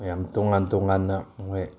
ꯌꯥꯝ ꯇꯣꯉꯥꯟ ꯇꯣꯉꯥꯟꯅ ꯃꯣꯏ